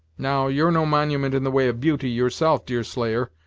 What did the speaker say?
now, you're no monument in the way of beauty, yourself, deerslayer,